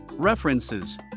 References